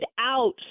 out